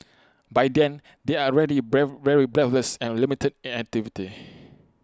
by then they are ready breath very breathless and limited in activity